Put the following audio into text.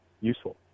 useful